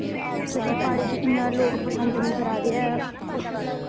खेती बाड़ी गी इन्ना लोक पसंद निं करा दे ऐ